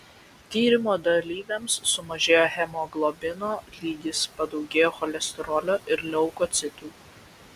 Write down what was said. tyrimo dalyviams sumažėjo hemoglobino lygis padaugėjo cholesterolio ir leukocitų